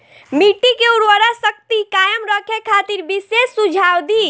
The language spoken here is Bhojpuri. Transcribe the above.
मिट्टी के उर्वरा शक्ति कायम रखे खातिर विशेष सुझाव दी?